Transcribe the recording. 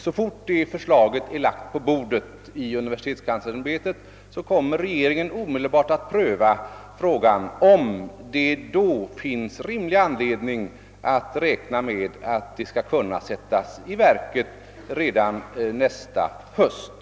Så fort detta förslag är lagt på bordet i universitetskanslersämbetet kommer regeringen omedelbart att pröva frågan, om det då finns rimlig anledning att räkna med att reformen skall kunna sättas i verket redan nästa höst.